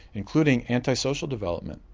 including anti-social development,